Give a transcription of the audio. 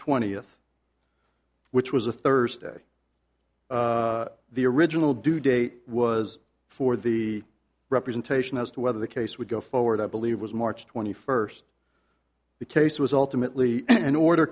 twentieth which was a thursday the original due date was for the representation as to whether the case would go forward i believe was march twenty first the case was ultimately an order